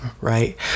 right